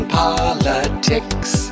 politics